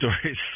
stories